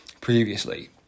previously